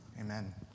Amen